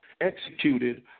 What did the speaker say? executed